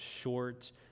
short